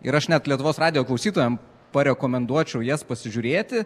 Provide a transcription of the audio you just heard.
ir aš net lietuvos radijo klausytojam parekomenduočiau jas pasižiūrėti